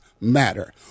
matter